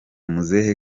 muzehe